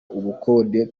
ubukode